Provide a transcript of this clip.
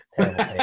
Terrible